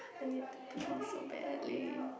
I need to pee so badly